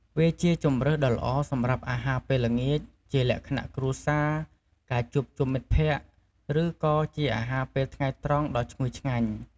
វាជាជម្រើសដ៏ល្អសម្រាប់អាហារពេលល្ងាចជាលក្ខណៈគ្រួសារ ការជួបជុំមិត្តភក្តិ ឬក៏ជាអាហារពេលថ្ងៃត្រង់ដ៏ឈ្ងុយឆ្ងាញ់។